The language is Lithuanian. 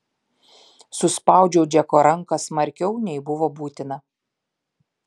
suspaudžiau džeko ranką smarkiau nei buvo būtina